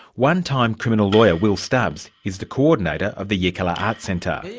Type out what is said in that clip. one-time criminal lawyer will stubbs is the coordinator of the yirrkala arts centre.